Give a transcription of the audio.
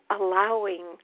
allowing